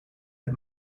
het